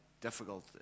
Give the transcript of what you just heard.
difficult